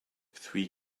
three